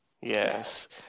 Yes